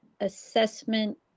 assessment